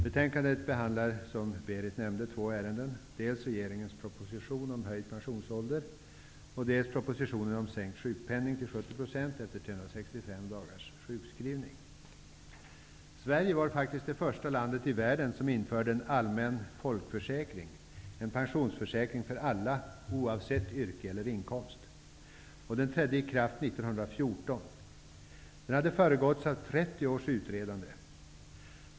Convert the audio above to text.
Betänkandet behandlar, som Berith Eriksson nämnde, två ärenden, dels regeringens proposition om höjd pensionsålder, dels propositionen om en sänkning av sjukpenningen till 70 % efter 365 Sverige var faktiskt det första landet i världen som införde en allmän folkförsäkring, en pensionsförsäkring för alla, oavsett yrke eller inkomst. Den trädde i kraft 1914 och hade föregåtts av 30 års utredande.